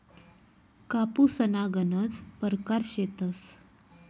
कापूसना गनज परकार शेतस